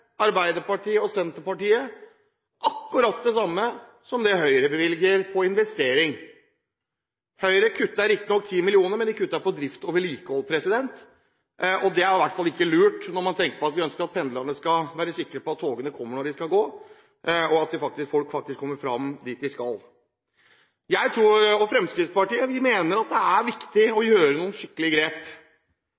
Arbeiderpartiet og Senterpartiet akkurat det samme til investering som det Høyre bevilger. Høyre kutter riktignok 10 mill. kr, men de kutter i drift og vedlikehold. Det er i hvert fall ikke lurt når vi ønsker at pendlerne skal være sikre på at togene kommer når de skal, og at folk faktisk kommer fram dit de skal. Jeg og Fremskrittspartiet mener at det er viktig å